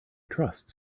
trust